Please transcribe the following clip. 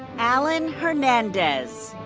alan hernandez.